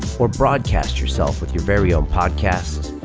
or broadcast yourself with your very own podcast,